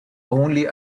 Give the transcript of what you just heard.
only